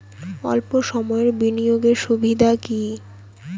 অল্প সময়ের বিনিয়োগ এর সুবিধা কি?